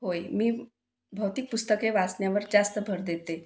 होय मी भौतिक पुस्तके वाचण्यावर जास्त भर देते